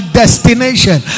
destination